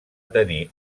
tenir